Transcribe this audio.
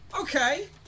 Okay